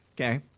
Okay